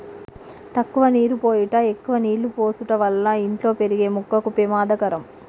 తక్కువ నీరు పోయుట ఎక్కువ నీళ్ళు పోసుట వల్ల ఇంట్లో పెరిగే మొక్కకు పెమాదకరం